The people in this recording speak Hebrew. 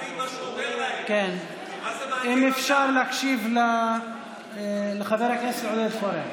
אם אפשר להקשיב לחבר הכנסת עודד פורר.